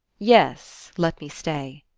yes, let me stay,